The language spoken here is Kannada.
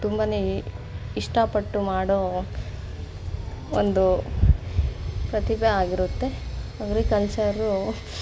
ತುಂಬನೇ ಇಷ್ಟಪಟ್ಟು ಮಾಡೋ ಒಂದು ಪ್ರತಿಭೆ ಆಗಿರುತ್ತೆ ಅಗ್ರಿಕಲ್ಚರು